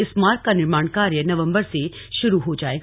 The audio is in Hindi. इस मार्ग का निर्माण कार्य नवंबर से शुरू हो जाएगा